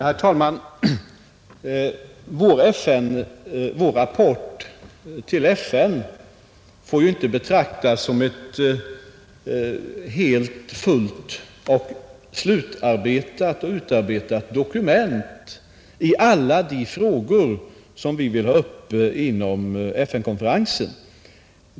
Herr talman! Vår rapport till FN får inte betraktas som ett helt och fullt utarbetat dokument i alla de frågor som vi vill skall tas upp på FN-konferensen.